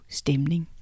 stemning